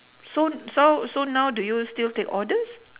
so so so now do you still take orders